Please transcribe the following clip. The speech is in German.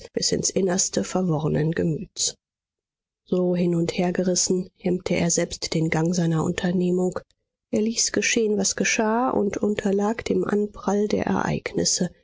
bis ins innerste verworrenen gemüts so hin und hergerissen hemmte er selbst den gang seiner unternehmung er ließ geschehen was geschah und unterlag dem anprall der ereignisse